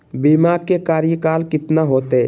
बीमा के कार्यकाल कितना होते?